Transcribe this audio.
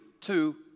two